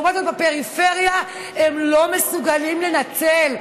בפריפריה הם לא מסוגלים לנצל.